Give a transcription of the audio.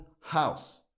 house